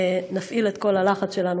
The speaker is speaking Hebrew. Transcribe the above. נפעיל את כל הלחץ שלנו,